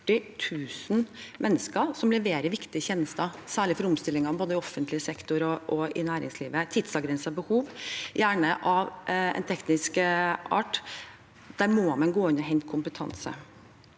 140 000 mennesker som leverer viktige tjenester, særlig for omstillinger både i offentlig sektor og i næringslivet, ved tidsavgrensede behov, gjerne av en teknisk art. Der må man gå inn og hente kompetanse.